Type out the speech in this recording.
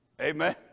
Amen